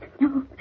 No